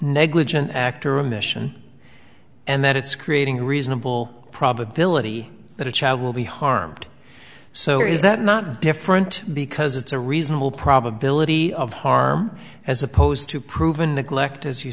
negligent act or remission and that it's creating a reasonable probability that a child will be harmed so is that not different because it's a reasonable probability of harm as opposed to proven neglect as you